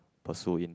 pursue in